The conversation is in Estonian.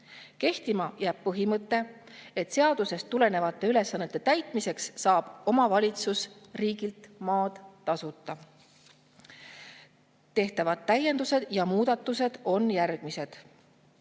Kehtima jääb põhimõte, et seadusest tulenevate ülesannete täitmiseks saab omavalitsus riigilt maad tasuta. Tehtavad täiendused ja muudatused on järgmised.